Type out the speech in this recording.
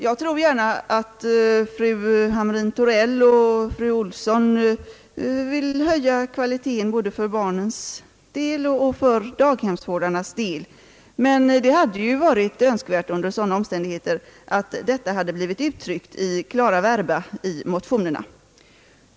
Jag tror gärna att fru Hamrin-Thorell och fru Olsson vill höja kvaliteten både för barnens del och för daghemsvårdar nas del, men under sådana förhållanden hade det varit önskvärt att detta blivit uttryckt i klara verba i motionerna.